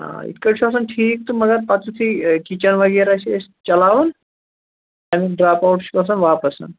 آ اِتھ کٲٹھۍ چھُ آسان ٹھیٖک تہٕ مگر پَتہٕ یُتھٕے کِچَن وغیرہ چھِ أسۍ چلاوان امیُک ڈراپ آوُٹ چھِ گژھان واپَسَن